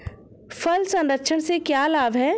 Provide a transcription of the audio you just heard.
फल संरक्षण से क्या लाभ है?